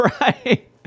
Right